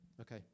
Okay